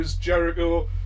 Jericho